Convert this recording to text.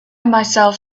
myself